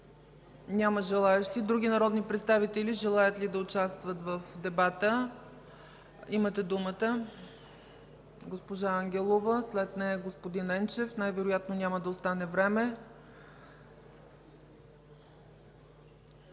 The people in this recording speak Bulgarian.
Няма желаещи. Други народни представители желаят ли да участват в дебата? Имате думата – госпожа Ангелова. След нея господин Енчев. Най-вероятно няма да остане време.